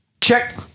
Check